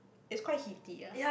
is quite heaty ah